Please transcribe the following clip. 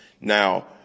Now